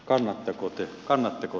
kannatteko te vastuun